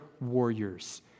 warriors